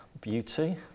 beauty